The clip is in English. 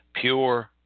Pure